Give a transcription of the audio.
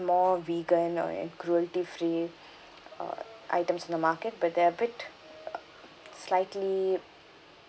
more vegan or and cruelty-free uh items in the market but they're a bit uh slightly